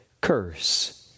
curse